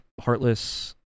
Heartless